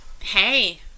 Hey